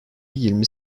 yirmi